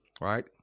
right